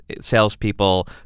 salespeople